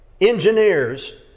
Engineers